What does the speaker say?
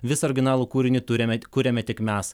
visą originalų kūrinį turime kuriame tik mes